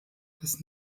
des